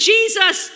Jesus